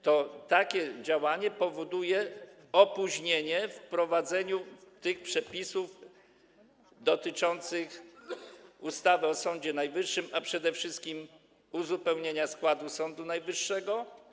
Takie działanie powoduje opóźnienie wprowadzenia tych przepisów dotyczących ustawy o Sądzie Najwyższym, a przede wszystkim - uzupełnienia składu Sądu Najwyższego.